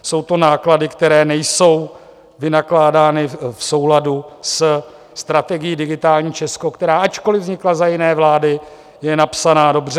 Jsou to náklady, které nejsou vynakládány v souladu se strategií Digitální Česko, která ačkoliv vznikla za jiné vlády, je napsaná dobře.